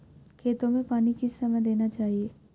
खेतों में पानी किस समय देना चाहिए?